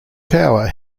tower